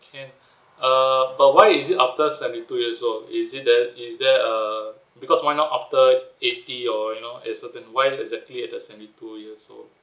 can uh but why is it after seventy two years old is it that is there err because why not after eighty or you know at certain why exactly at the seventy two years old